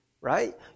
right